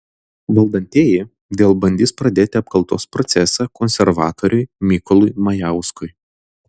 valdantieji dėl bandys pradėti apkaltos procesą konservatoriui mykolui majauskui